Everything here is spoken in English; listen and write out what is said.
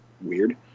weird